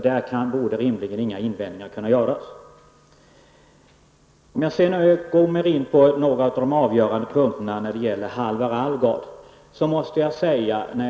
Där borde rimligen ingen invändning kunna göras. Sedan vill jag komma in på några av de avgörande punkterna när det gäller fallet Halvar Alvgard.